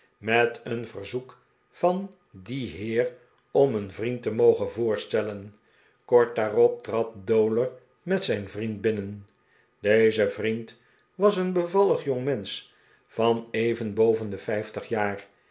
met een verzoek van dien heer om een vriend te mogen voorstellen kort daarop trad dowler met zijn vriend binnen deze vriend was een bevallig jongmensch van even boven de vijftig jaar